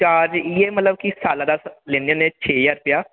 charge इयै मतलब की सालै दा लैने होने छे ज्हार रपेआ